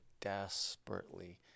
desperately